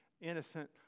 innocent